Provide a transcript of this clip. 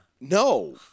No